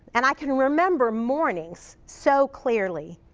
and i can remember mornings so clearly.